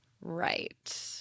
Right